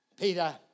Peter